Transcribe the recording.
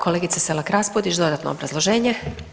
Kolegice Selak-Raspudić dodatno obrazloženje.